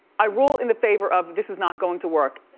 i rule in the favor of this is not going to work.